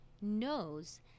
knows